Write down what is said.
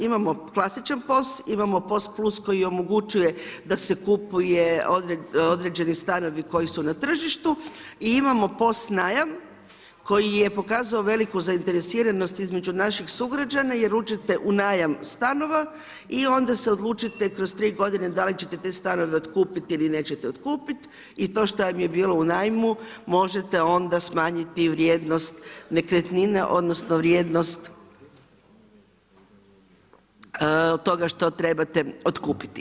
Imamo klasičan POS, imamo POS plus koji omogućuje da se kupuju određeni stanovi koji su na tržištu i imamo POS najam koji je pokazao veliku zainteresiranost između naših sugrađana jer uđete u najam stanova i onda se odlučite kroz 3 godine da li ćete taj stan otkupiti ili nećete otkupiti i to što vam je bilo u najmu možete onda smanjiti vrijednost nekretnine, odnosno vrijednost toga što trebate otkupiti.